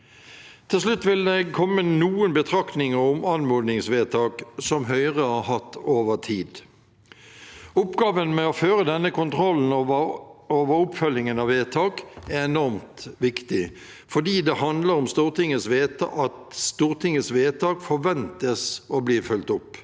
Til slutt vil jeg komme med noen betraktninger om anmodningsvedtak Høyre har hatt over tid. Oppgaven med å føre denne kontrollen over oppfølgingen av vedtak er enormt viktig, fordi det handler om at Stortingets vedtak forventes å bli fulgt opp.